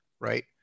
right